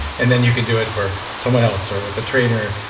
and then you can do it for someone else or with a trainer,